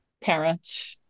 parent